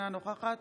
אינה נוכחת